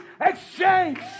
exchange